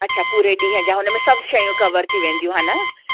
अच्छा पूरे ॾींहं जा हुन में सभु शयूं कवर थी वेंदियूं हे न